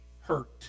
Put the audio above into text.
hurt